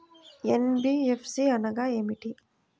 NBFC అనగా ఏమిటీ?